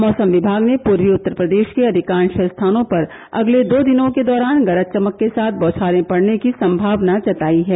मौसम विभाग ने पूर्वी उत्तर प्रदेश के अधिकांश स्थानों पर अगले दो दिनों के दौरान गरज चमक के साथ बौछारें पड़ने की संमावना जतायी है